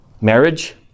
Marriage